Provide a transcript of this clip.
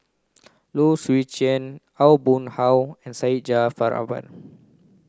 Low Swee Chen Aw Boon Haw and Syed Jaafar Albar